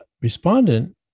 respondent